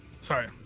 Sorry